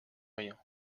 rien